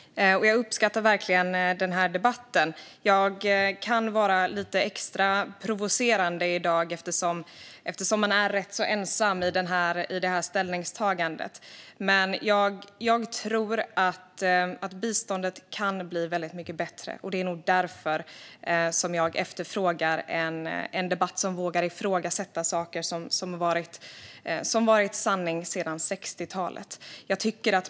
Fru talman! Jag uppskattar verkligen den här debatten. Jag kan vara lite extra provocerande i dag eftersom jag är rätt så ensam i det här ställningstagandet. Jag tror att biståndet kan bli väldigt mycket bättre. Det är nog därför som jag efterfrågar en debatt som vågar ifrågasätta saker som har varit sanning sedan 60-talet.